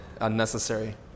unnecessary